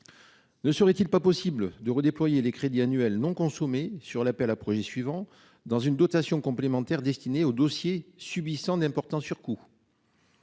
Ne serait-il pas possible de redéployer les crédits annuels non consommés sur l'appel à projets suivant, dans une dotation complémentaire destinée aux dossiers subissant d'importants surcoûts ?